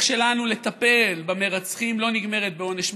שלנו לטפל במרצחים לא נגמרת בעונש מוות.